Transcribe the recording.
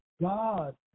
God